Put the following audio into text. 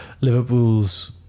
Liverpool's